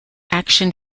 action